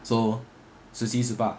so 十七十八